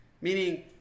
Meaning